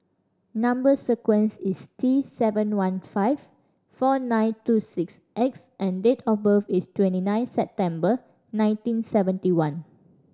number sequence is T seven one five four nine two six X and date of birth is twenty nine September nineteen seventy one